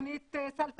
תוכנית סל תרבות.